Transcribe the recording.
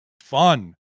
fun